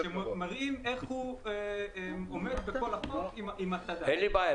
שמראים איך הוא עומד בכל החוק עם -- אין לי בעיה.